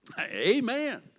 Amen